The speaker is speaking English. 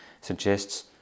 suggests